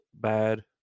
bad